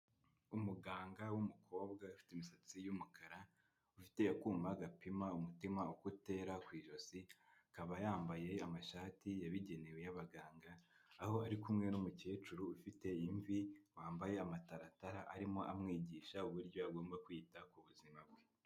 Umuganga w'umukobwa ufite imisatsi y'umukara, ufite akuma gapima umutima uko utera ku ijosi, akaba yambaye amashati yabigenewe y'abaganga aho ari kumwe n'umukecuru ufite imvi, wambaye amataratara arimo amwigisha uburyo agomba kwita ku buzima bwe.